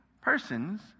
persons